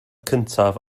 cyntaf